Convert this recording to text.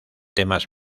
temas